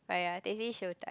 !aiya! Teh C Siew-Dai